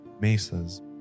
mesas